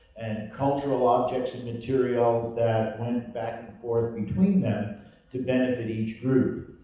and cultural objects and materials that went back and forth between them to benefit each group.